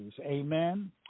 amen